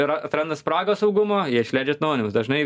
yra atranda spragą saugumo jie išleidžia atnaujinimus dažnai